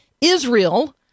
Israel